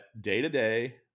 day-to-day